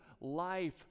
life